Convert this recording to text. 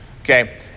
Okay